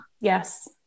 Yes